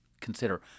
consider